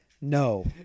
no